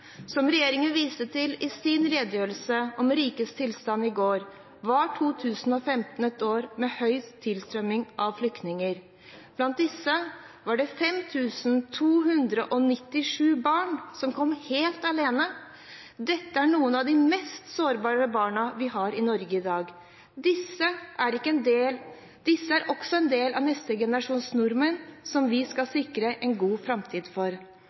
Som regjeringen viste til i sin redegjørelse om rikets tilstand i går, var 2015 et år med høy tilstrømming av flyktninger. Blant disse var det 5 297 barn som kom helt alene. Dette er noen av de mest sårbare barna vi har i Norge i dag. Disse er også en del av neste generasjons nordmenn, som vi skal sikre en god framtid for.